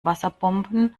wasserbomben